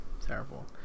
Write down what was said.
Terrible